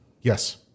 Yes